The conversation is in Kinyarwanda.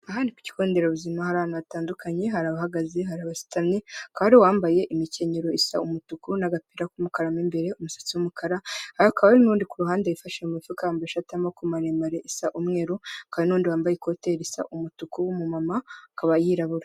Aha ni ku kigo nderabuzima hari abantu hatandukanye hari abahagaze hari abasutamye hakaba hari uwambaye imikenyero isa umutuku n'agapira k'umukara imbere, umusatsi w'umukara hakaba n'undi ku ku ruhande yifashe mu mufuka wambaye ishati y'amaboko maremare isa umweru, hakaba hari n'undi wambaye ikote risa umutuku w'umumama akaba yirabura.